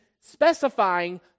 specifying